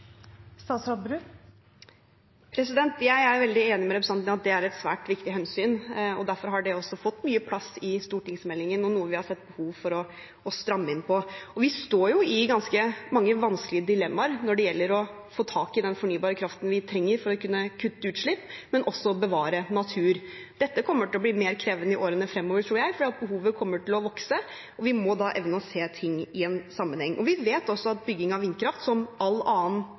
Jeg er veldig enig med representanten i at det er et svært viktig hensyn, og derfor har det også fått mye plass i stortingsmeldingen og er noe vi har sett behov for å stramme inn på. Vi står jo i ganske mange vanskelige dilemmaer når det gjelder å få tak i den fornybare kraften vi trenger for å kunne kutte utslipp, men også å bevare natur. Dette kommer til å bli mer krevende i årene fremover, tror jeg, for behovet kommer til å vokse. Vi må da evne å se ting i en sammenheng. Vi vet også at bygging av vindkraft, som all annen